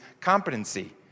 competency